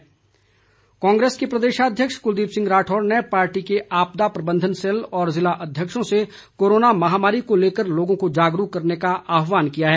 कुलदीप राठौर कांग्रेस के प्रदेशाध्यक्ष कुलदीप सिंह राठौर ने पार्टी के आपदा प्रबंधन सेल और जिला अध्यक्षों से कोरोना महामारी को लेकर लोगों को जागरूक करने का आहवान किया है